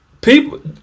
People